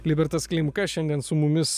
libertas klimka šiandien su mumis